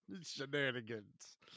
shenanigans